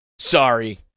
Sorry